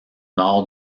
nord